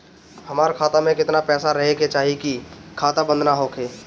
हमार खाता मे केतना पैसा रहे के चाहीं की खाता बंद ना होखे?